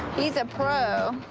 he's a pro.